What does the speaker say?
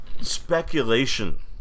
Speculation